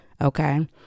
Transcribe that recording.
Okay